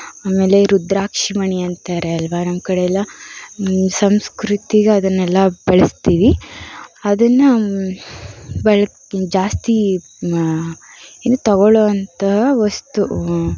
ಆಮೇಲೆ ರುದ್ರಾಕ್ಷಿ ಮಣಿ ಅಂತಾರೆ ಅಲ್ವಾ ನಮ್ಮ ಕಡೆಯೆಲ್ಲ ಸಂಸ್ಕೃತಿಗೆ ಅದನ್ನೆಲ್ಲ ಬಳಸ್ತೀವಿ ಅದನ್ನು ಬಳ್ಕ್ ಜಾಸ್ತಿ ಏನು ತೊಗೊಳುವಂತಹ ವಸ್ತು